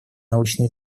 научные